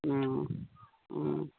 ओ ओ